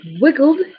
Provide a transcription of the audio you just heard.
wiggled